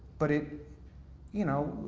but it you know,